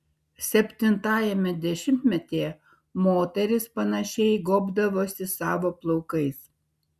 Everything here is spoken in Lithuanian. septintajame dešimtmetyje moterys panašiai gobdavosi savo plaukais